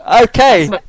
Okay